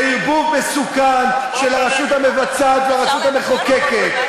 זה ערבוב מסוכן של הרשות המבצעת והרשות המחוקקת.